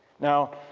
now,